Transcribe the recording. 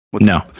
No